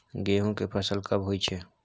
गेहूं के फसल कब होय छै?